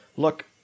look